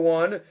one